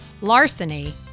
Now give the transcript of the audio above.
larceny